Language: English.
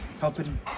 helping